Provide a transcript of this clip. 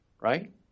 right